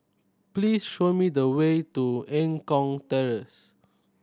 please show me the way to Eng Kong Terrace